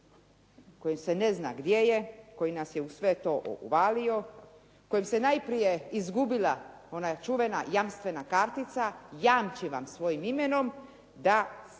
koji se ne znamo gdje je, koji nas je u sve to uvalo, koji se najprije izgubila ona čuvana jamstvena kartica, jamčim vam svojim imenom da ćemo